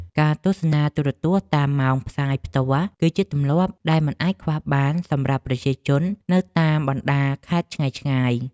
ការទស្សនាទូរទស្សន៍តាមម៉ោងផ្សាយផ្ទាល់ គឺជាទម្លាប់ដែលមិនអាចខ្វះបានសម្រាប់ប្រជាជននៅតាមបណ្តាខេត្តឆ្ងាយៗ។